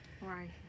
right